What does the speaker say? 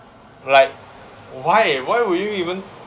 like why why would you even